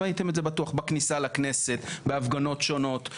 ראיתם את זה, בטוח בכניסה לכנסת ובהפגנות שונות.